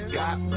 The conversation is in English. got